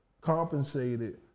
compensated